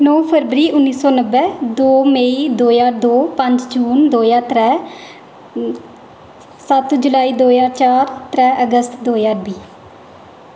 नौ फरवरी उन्नी सौ नब्बै दो मई दो ज्हार दो पंज जून दो ज्हार त्रैऽ सत्त जूलाई दो ज्हार चार त्रैऽ अगस्त दो ज्हार बीह्